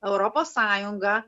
europos sąjunga